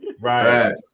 Right